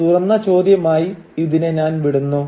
ഒരു തുറന്ന ചോദ്യമായി ഇതിനെ ഞാൻ വിടുന്നു